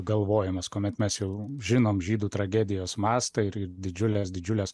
galvojimas kuomet mes jau žinom žydų tragedijos mastą ir didžiules didžiules